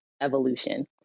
evolution